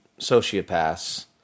sociopaths